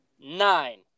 nine